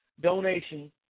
donation